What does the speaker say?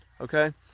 okay